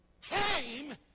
came